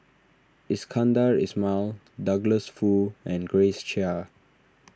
Iskandar Ismail Douglas Foo and Grace Chia